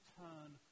turn